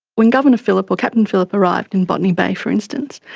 when governor phillip or captain phillip arrived in botany bay, for instance,